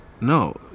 No